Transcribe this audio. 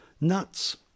Nuts